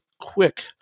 quick